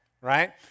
right